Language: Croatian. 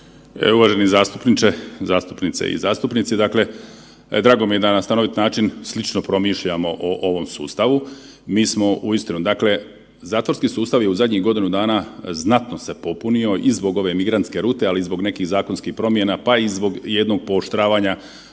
Uvaženi zastupniče, zastupnice i zastupnici. Dakle, drago mi je da na stanovit način slično promišljamo o ovom sustavu. Mi smo uistinu, dakle zatvorski sustav je u zadnjih godinu dana znatno se popunio i zbog ove migrantske rute, ali i zbog nekih zakonskih promjena pa i zbog jednog pooštravanja